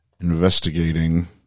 investigating